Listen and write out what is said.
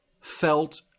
felt